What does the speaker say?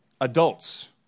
Adults